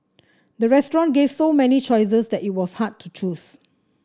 the restaurant gave so many choices that it was hard to choose